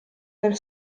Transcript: del